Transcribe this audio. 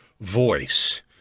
voice